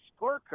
scorecard